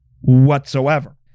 whatsoever